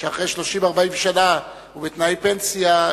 אחרי 30 40 שנה ובתנאי פנסיה,